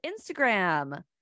Instagram